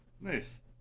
Nice